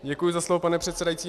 Děkuji za slovo, pane předsedající.